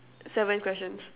seven questions